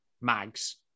Mags